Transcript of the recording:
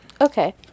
Okay